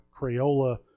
Crayola